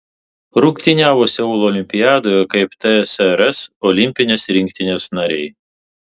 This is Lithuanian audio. rungtyniavo seulo olimpiadoje kaip tsrs olimpinės rinktinės nariai